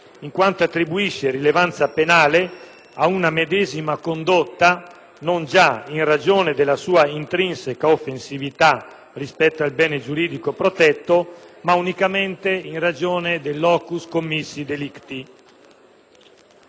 in quanto attribuisce rilevanza penale a una medesima condotta, non già in ragione della sua intrinseca offensività rispetto al bene giuridico protetto, ma unicamente in ragione del *locus commissi delicti*.